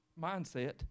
mindset